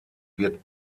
wird